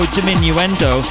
Diminuendo